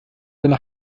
seine